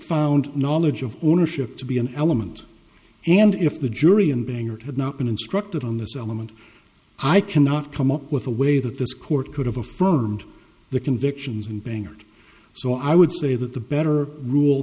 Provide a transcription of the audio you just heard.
found knowledge of ownership to be an element and if the jury in bangor had not been instructed on this element i cannot come up with a way that this court could have affirmed the convictions in bangor so i would say that the better rule